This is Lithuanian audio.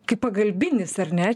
kaip pagalbinis ar ne